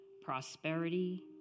prosperity